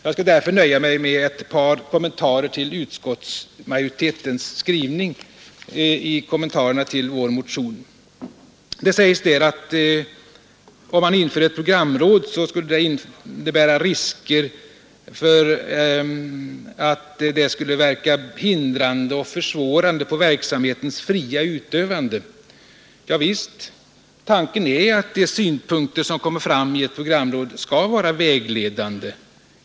Jag skall därför nöja mig med ett par kommentarer till utskottets skrivning beträffande vår motion. Det sägs där att det finns risker för att ett programråd skulle ”verka hindrande och försvårande på verksamhetens fria utövande”. Javisst, tanken är att de synpunkter som kommer fram i ett programråd skall vara vägledande.